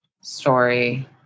story